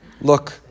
look